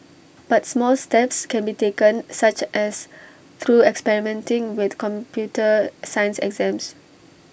but small steps can be taken such as through experimenting with computer science exams